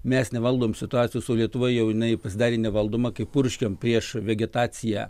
mes nevaldom situacijos o lietuva jau jinai pasidarė nevaldoma kai purškiame prieš vegetaciją